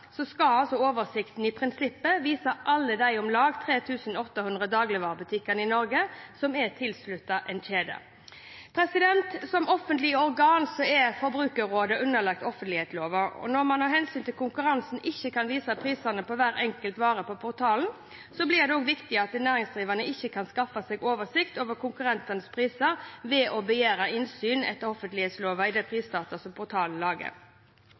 oversikten – i prinsippet – vise alle de om lag 3 800 dagligvarebutikkene i Norge som er tilsluttet en kjede. Som offentlig organ er Forbrukerrådet underlagt offentleglova. Når man av hensyn til konkurransen ikke kan vise prisene på hver enkelt vare på portalen, blir det viktig at de næringsdrivende ikke kan skaffe seg oversikt over konkurrentenes priser ved å begjære innsyn etter offentleglova i de prisdata som portalen